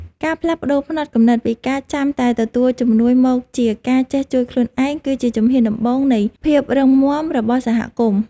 ការផ្លាស់ប្តូរផ្នត់គំនិតពីការចាំតែទទួលជំនួយមកជាការចេះជួយខ្លួនឯងគឺជាជំហានដំបូងនៃភាពរឹងមាំរបស់សហគមន៍។